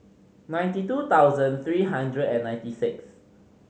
ninety two thousand three hundred and ninety six